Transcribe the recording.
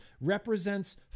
represents